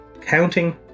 counting